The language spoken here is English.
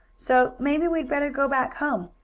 so maybe we'd better go back home.